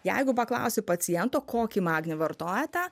jeigu paklausi paciento kokį magnį vartojate